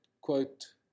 quote